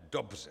Dobře.